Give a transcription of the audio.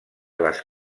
les